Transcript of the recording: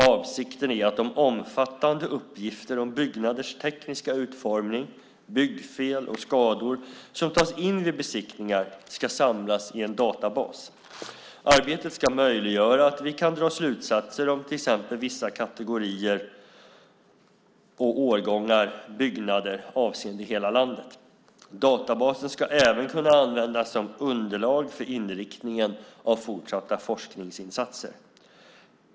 Avsikten är att de omfattande uppgifter om byggnaders tekniska utformning, byggfel och skador som tas in vid besiktningar ska samlas i en databas. Arbetet ska möjliggöra att vi kan dra slutsatser om till exempel vissa kategorier och årgångar byggnader avseende hela landet. Databasen ska även kunna användas som underlag för inriktningen av fortsatta forskningsinsatser.